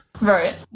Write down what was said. right